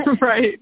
Right